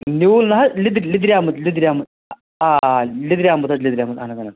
نیوٗل نہ حظ لِدٔرۍ لیٚدریٛامُت لیٚدریٛامُت آ لیٚدریٛامُت حظ لیٚدریٛامُت اہن حظ اہن حظ